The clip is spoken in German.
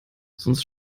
sonst